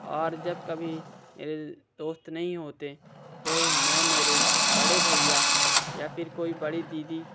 और जब कभी मेरे दोस्त नहीं होते तो मैं मेरे बड़े भैया या फिर कोई बड़ी दीदी